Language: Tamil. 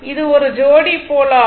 இது ஒரு ஜோடி போல் ஆகும்